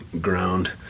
ground